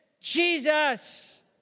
Jesus